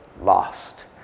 lost